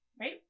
Right